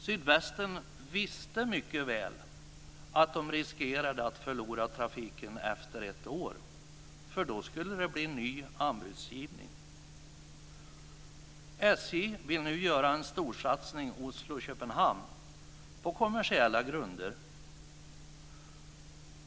Sydvästen visste mycket väl att de riskerade att förlora trafiken efter ett år, för då skulle det bli ny anbudsgivning. SJ vill nu göra en storsatsning Oslo-Köpenhamn på kommersiella grunder.